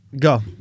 Go